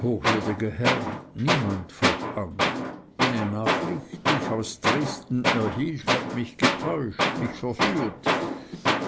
hochwürdiger herr niemand fortan eine nachricht die ich aus dresden erhielt hat mich getäuscht mich verführt